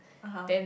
(uh huh)